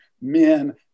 men